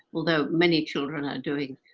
although, many children are doing,